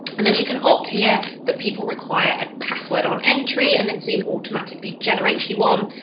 and then you can opt here that people require a password on entry and then zoom automatically generates you one.